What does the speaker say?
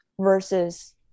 versus